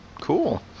cool